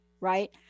right